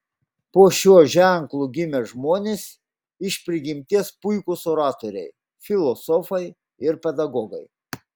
po šiuo ženklu gimę žmonės iš prigimties puikūs oratoriai filosofai ir pedagogai